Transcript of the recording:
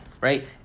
right